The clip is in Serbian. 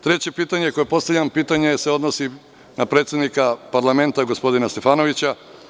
Treće pitanje koje postavljam, odnosi se na predsednika parlamenta, gospodina Stefanovića.